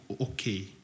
okay